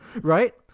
right